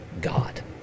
God